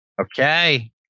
Okay